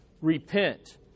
Repent